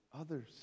others